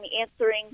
answering